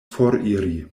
foriri